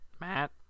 Matt